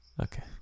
Okay